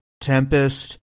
Tempest